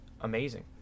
amazing